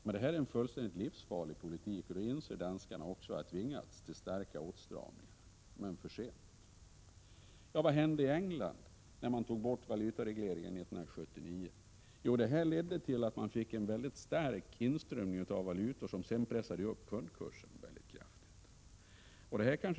Att det är en fullständigt livsfarlig politik inser danskarna också, och de har tvingats till hårda åtstramningar — men för sent. Vad hände i England när man tog bort valutaregleringen 1979? Jo, det ledde till en stark inströmning av valutor som sedan pressade upp pundkursen väldigt kraftigt.